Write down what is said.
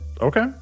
okay